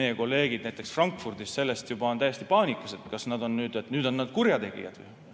meie kolleegid näiteks Frankfurdis sellest juba on täiesti paanikas, et nüüd on nad kurjategijad. Mis